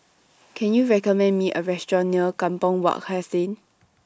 Can YOU recommend Me A Restaurant near Kampong Wak Hassan